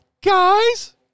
Guys